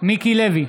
מיקי לוי,